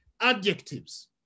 adjectives